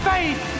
Faith